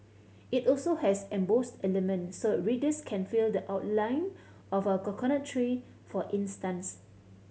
it also has embossed elements so readers can feel the outline of a coconut tree for instance